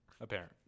Apparent